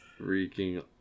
freaking